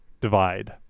divide